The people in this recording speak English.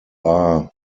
are